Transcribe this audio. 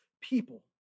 people